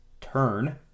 Turn